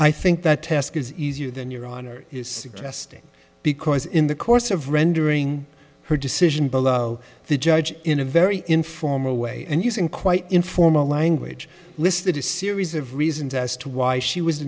think that task is easier than your honor is suggesting because in the course of rendering her decision below the judge in a very informal way and using quite informal language listed a series of reasons as to why she was